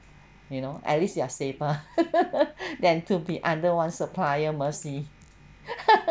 you know at least you are safer than to be under one supplier mercy